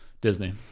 Disney